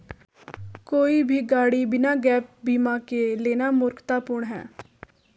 कोई भी गाड़ी बिना गैप बीमा के लेना मूर्खतापूर्ण है